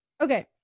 Okay